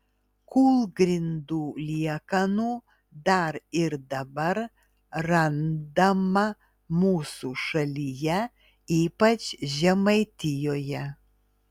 kūlgrindų liekanų dar ir dabar randama mūsų šalyje ypač žemaitijoje